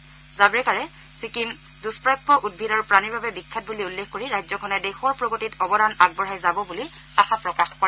শ্ৰীজাব্ৰেকাৰে ৰাজ্যখন দুষ্প্ৰাপ্য উদ্ভিদ আৰু প্ৰাণীৰ বাবে বিখ্যাত বুলি উল্লেখ কৰি ৰাজ্যখনে দেশৰ প্ৰগতিত অৱদান আগবঢ়াই যাব বুলি আশা প্ৰকাশ কৰে